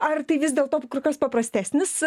ar tai vis dėlto kur kas paprastesnis